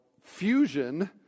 fusion